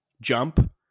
jump